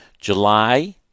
July